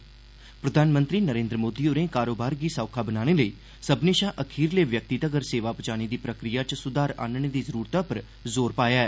प्रधानमंत्री नरेन्द्र मोदी होरें कारोबार गी सौखा बनाने लेई सब्भनें शा अखीरले व्यक्ति तगर सेवां पुजाने दी प्रक्रिया च सुधार आहनने दी जरूरतै पुर जोर शाया ऐ